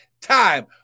time